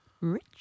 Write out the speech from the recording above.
Rich